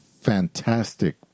fantastic